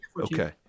Okay